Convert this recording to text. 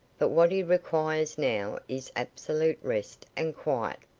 but what he requires now is absolute rest and quiet.